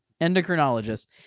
endocrinologist